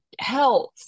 health